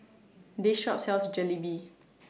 This Shop sells Jalebi